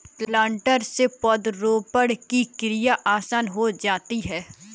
planter से पौधरोपण की क्रिया आसान हो जाती है